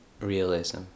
realism